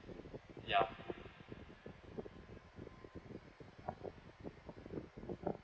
ya